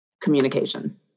communication